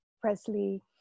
Presley